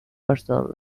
personal